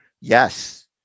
Yes